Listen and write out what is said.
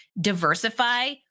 diversify